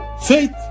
Faith